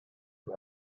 who